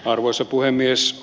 arvoisa puhemies